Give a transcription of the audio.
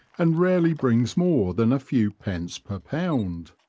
and rarely brings more than a few pence per pound.